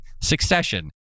Succession